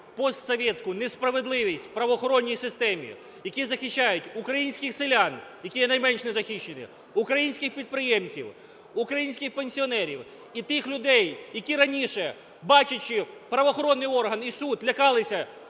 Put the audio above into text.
постсовєтську несправедливість в правоохоронній системі, які захищають українських селян, які є найменш захищені, українських підприємців, українських пенсіонерів і тих людей, які раніше, бачачи правоохоронний орган і суд, лякалися,